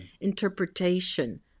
interpretation